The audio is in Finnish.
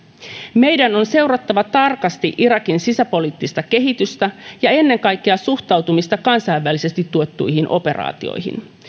meidän on seurattava tarkasti irakin sisäpoliittista kehitystä ja ennen kaikkea suhtautumista kansainvälisesti tuettuihin operaatioihin